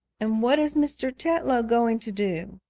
and what is mr. tetlow going to do?